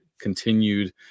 continued